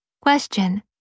Question